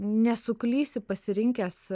nesuklysi pasirinkęs